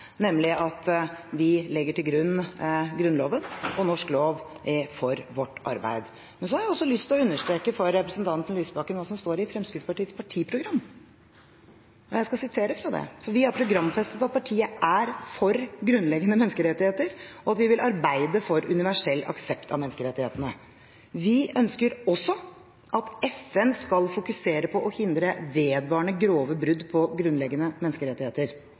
nemlig at vi legger til grunn Grunnloven og norsk lov for vårt arbeid. Så har jeg lyst til å understreke for representanten Lysbakken hva som står i Fremskrittspartiets partiprogram. Jeg skal sitere fra det, for vi har programfestet at partiet er for grunnleggende menneskerettigheter, og at vi vil arbeide «for universell aksept av menneskerettighetene». Vi ønsker også at FN skal fokusere på og «hindre vedvarende grove brudd på grunnleggende menneskerettigheter».